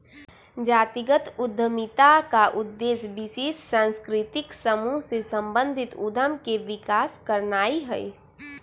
जातिगत उद्यमिता का उद्देश्य विशेष सांस्कृतिक समूह से संबंधित उद्यम के विकास करनाई हई